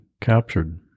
captured